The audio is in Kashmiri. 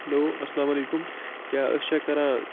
ہٮ۪لو اَسلام علیکُم کیٛاہ أسۍ چھا کَران